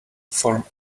form